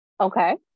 Okay